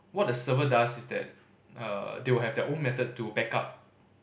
what the server does is that err they will have their own method to back up